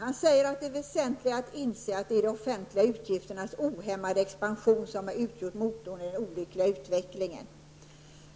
Han säger att det är väsentligt att inse att de offentliga utgifternas ohämmade expansion har utgjort motorn i den olyckliga utvecklingen.